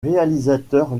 réalisateur